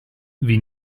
wie